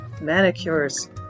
Manicures